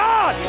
God